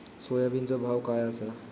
सोयाबीनचो भाव काय आसा?